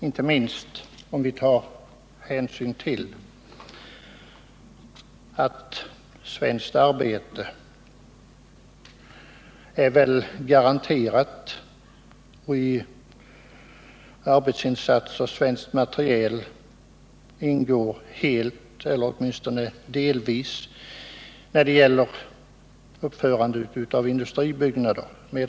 Inte minst gäller detta om vi tar hänsyn till att svenskt material och svenska arbetsinsatser garanteras ingå helt eller delvis vid uppförande av industribyggnader.